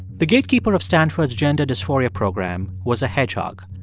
the gatekeeper of stanford's gender dysphoria program was a hedgehog.